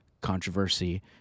controversy